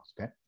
okay